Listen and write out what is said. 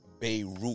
Beirut